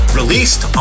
released